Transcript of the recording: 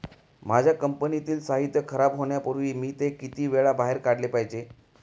माझ्या कंपनीतील साहित्य खराब होण्यापूर्वी मी ते किती वेळा बाहेर काढले पाहिजे?